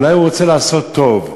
אולי הוא רוצה לעשות טוב?